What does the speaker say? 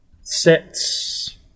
sets